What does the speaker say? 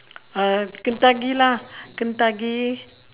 uh kentucky lah kentucky